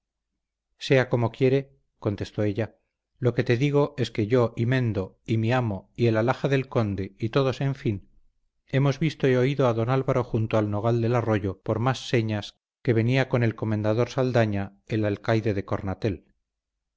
sea como quiera contestó ella lo que te digo es que yo y mendo y mi amo y el alhaja del conde y todos en fin hemos visto y oído a don álvaro junto al nogal del arroyo por más señas que venía con el comendador saldaña el alcaide de